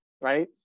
right